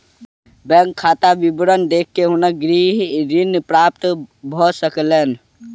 bank खाता विवरण देख के हुनका गृह ऋण प्राप्त भ सकलैन